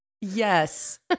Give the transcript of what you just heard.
yes